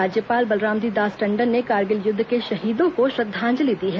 राज्यपाल बलरामजी दास टंडन ने कारगिल युद्ध के शहीदों श्रद्वांजलि दी है